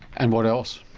and what else?